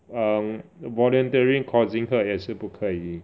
um voluntary causing hurt 也是不可以